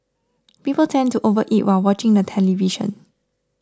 people tend to overeat while watching the television